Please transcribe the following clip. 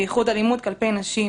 בייחוד אלימות כלפי נשים,